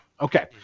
Okay